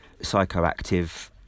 psychoactive